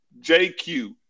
JQ